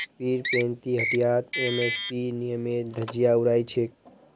पीरपैंती हटियात एम.एस.पी नियमेर धज्जियां उड़ाई छेक